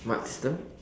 what system